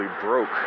broke